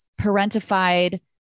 parentified